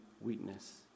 weakness